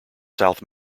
south